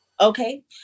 okay